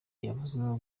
yavuzweho